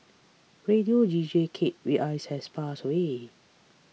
radio deejay Kate Reyes has passed away